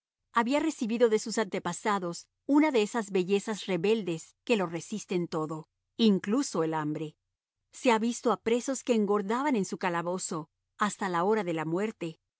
había recibido de sus antepasados una de esas bellezas rebeldes que lo resisten todo incluso el hambre se ha visto a presos que engordaban en su calabozo hasta la hora de la muerte